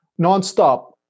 nonstop